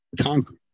concrete